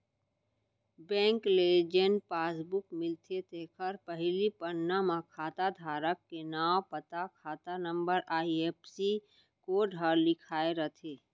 bank ले जेन passbook मिलथे तेखर पहिली पन्ना म खाता धारक के नांव, पता, खाता नंबर, आई.एफ.एस.सी कोड ह लिखाए रथे